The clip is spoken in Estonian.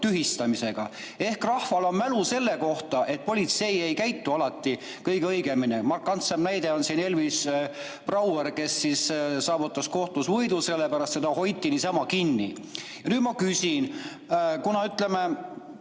tühistamisega. Aga rahval on mälu selle kohta, et politsei ei käitu alati kõige õigemini. Markantseim näide on siin Elvis Brauer, kes saavutas kohtus võidu, sellepärast et teda hoiti niisama kinni. Nüüd ma küsin: kuna, ütleme,